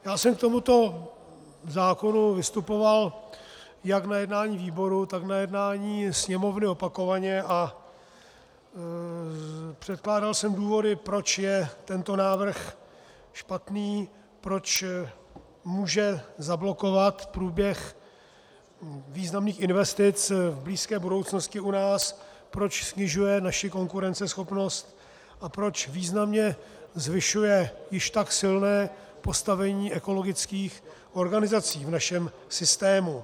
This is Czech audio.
Já jsem k tomuto zákonu vystupoval jak na jednání výboru, tak na jednání Sněmovny opakovaně a předkládal jsem důvody, proč je tento návrh špatný, proč může zablokovat průběh významných investic v blízké budoucnosti u nás, proč snižuje naši konkurenceschopnost a proč významně zvyšuje již tak silné postavení ekologických organizací v našem systému.